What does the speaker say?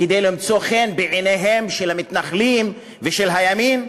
כדי למצוא חן בעיניהם של המתנחלים ושל הימין?